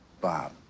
Bob